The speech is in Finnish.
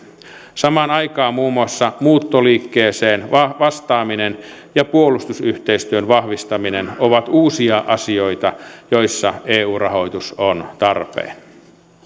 samaan aikaan muun muassa muuttoliikkeeseen vastaaminen ja puolustusyhteistyön vahvistaminen ovat uusia asioita joissa eu rahoitus on tarpeen